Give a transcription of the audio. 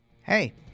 hey